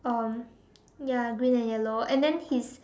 um ya green and yellow and then he's